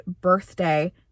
BIRTHDAY